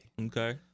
Okay